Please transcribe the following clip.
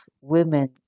women